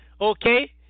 Okay